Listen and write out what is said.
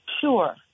Sure